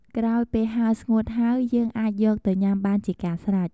ក្រោយពេលហាលស្ងួតហើយ យើងអាចយកទៅញ៉ាំបានជាកាស្រេច។